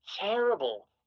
terrible